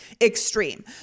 extreme